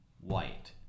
white